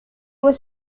was